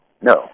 No